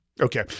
Okay